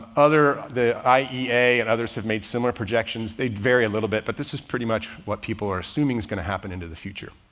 other, the iea and others have made similar projections. they vary a little bit, but this is pretty much what people are assuming is going to happen into the future.